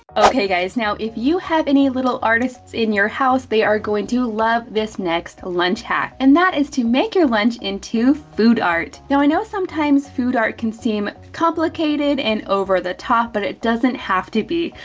okay guys, now if you have any little artists in your house, they are going to love this next lunch hack. and that is to make your lunch into food art. now i know sometimes food art can seem complicated and over the top, but it doesn't have to be.